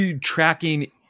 tracking